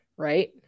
Right